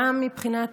גם מבחינת